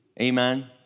amen